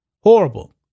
Horrible